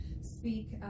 speak